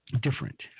different